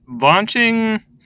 launching